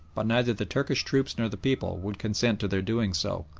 but neither the turkish troops nor the people would consent to their doing so,